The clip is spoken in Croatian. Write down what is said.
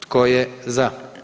Tko je za?